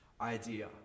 idea